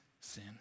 sin